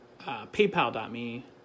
paypal.me